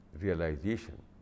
realization